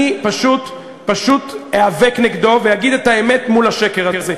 אני פשוט איאבק נגדו ואגיד את האמת מול השקר הזה.